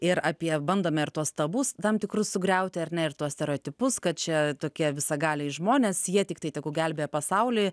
ir apie bandome ir tuos tabus tam tikrus sugriauti ar ne ir tuos stereotipus kad čia tokie visagaliai žmonės jie tiktai tegu gelbėja pasaulį